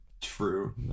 True